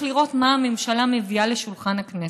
לראות מה הממשלה מביאה לשולחן הכנסת.